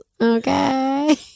Okay